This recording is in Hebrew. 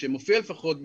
שמופיע לפחות,